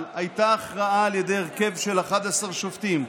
אבל הייתה הכרעה על ידי הרכב של 11 שופטים.